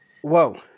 Whoa